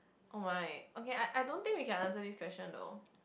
oh my okay I I don't think we can answer this question though